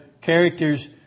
characters